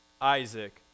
Isaac